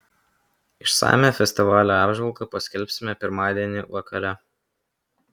išsamią festivalio apžvalgą paskelbsime pirmadienį vakare